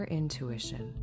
intuition